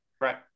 Right